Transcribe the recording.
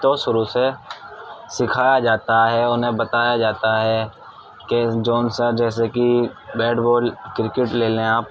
تو شروع سے سکھایا جاتا ہے انہیں بتایا جاتا ہے کہ جون سا جیسے کہ بیٹ بال کرکٹ لے لیں آپ